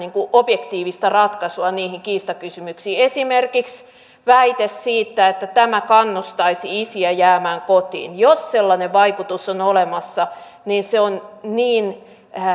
objektiivista ratkaisua niihin kiistakysymyksiin esimerkiksi väite siitä että tämä kannustaisi isiä jäämään kotiin jos sellainen vaikutus on on olemassa niin se on niin